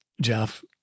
Jeff